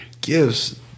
gives